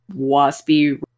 waspy